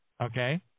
okay